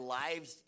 lives